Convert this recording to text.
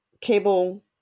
Cable